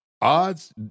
odds